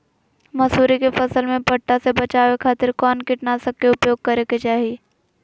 मसूरी के फसल में पट्टा से बचावे खातिर कौन कीटनाशक के उपयोग करे के चाही?